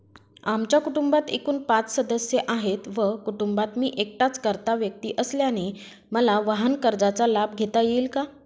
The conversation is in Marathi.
आमच्या कुटुंबात एकूण पाच सदस्य आहेत व कुटुंबात मी एकटाच कर्ता व्यक्ती असल्याने मला वाहनकर्जाचा लाभ घेता येईल का?